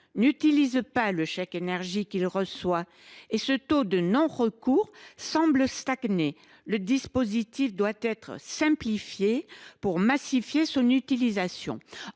n’utilise pas le chèque énergie qu’il reçoit et le taux de non recours semble stagner. Il faut simplifier ce dispositif pour massifier son utilisation.